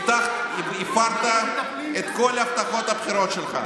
הפרת את כל הבטחות הבחירות שלך.